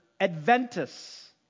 Adventus